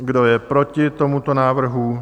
Kdo je proti tomuto návrhu?